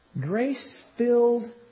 Grace-filled